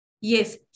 Yes